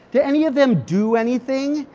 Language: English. do any of them do anything?